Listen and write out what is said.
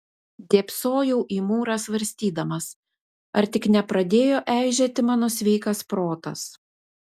dėbsojau į mūrą svarstydamas ar tik nepradėjo eižėti mano sveikas protas